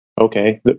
okay